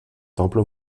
temple